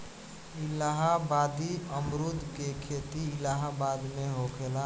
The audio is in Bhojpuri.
इलाहाबादी अमरुद के खेती इलाहाबाद में होखेला